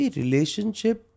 relationship